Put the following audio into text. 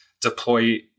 deploy